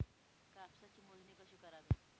कापसाची मोजणी कशी करावी?